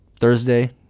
Thursday